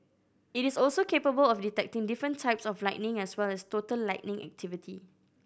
it is also capable of detecting different types of lightning as well as total lightning activity